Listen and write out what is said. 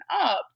up